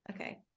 Okay